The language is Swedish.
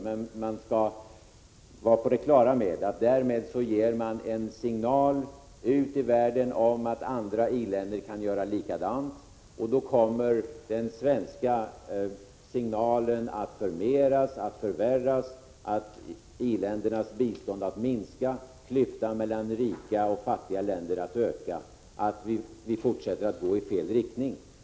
Men man skall vara på det klara med att man därmed ger en signal till omvärlden om att andra i-länder kan göra likadant. Då kommer den svenska signalen att förmeras, förvärras. I-ländernas bistånd kommer att minska och klyftan mellan rika och fattiga länder kommer att öka ytterligare. Vi skulle fortsätta att gå i fel riktning.